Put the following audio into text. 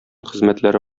хезмәтләре